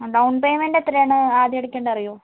down payment എത്രയാണ് ആദ്യം അടയ്ക്കേണ്ടത് അറിയുമോ